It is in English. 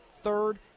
third